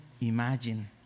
imagine